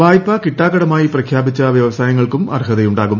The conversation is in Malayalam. വായ്പ കിട്ടാക്കടമായി പ്രഖ്യാപിച്ച വ്യവസായങ്ങൾക്കും അർഹതയുണ്ടാകും